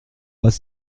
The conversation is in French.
pas